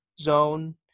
zone